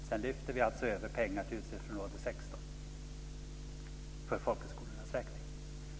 Sedan lyfte vi över pengar till utgiftsområde 16 för folkhögskolornas räkning.